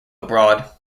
abroad